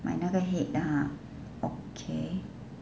买那个 head 的 ha okay